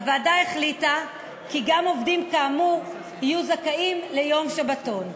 הוועדה החליטה כי גם עובדים כאמור יהיו זכאים ליום שבתון.